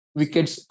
wickets